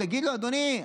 שתגיד לו: אדוני,